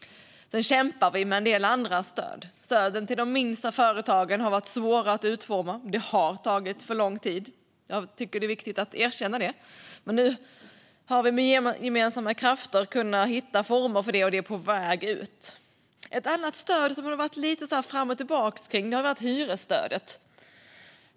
Sedan kämpar vi med en del andra stöd. Stöden till de minsta företagen har varit svåra att utforma. Det har tagit för lång tid. Det är viktigt att erkänna det. Men nu har vi med gemensamma krafter kunnat hitta former för det, och det är på väg ut. Ett annat stöd som det har varit lite fram och tillbaka med är hyresstödet.